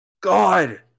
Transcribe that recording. God